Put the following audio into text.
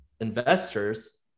investors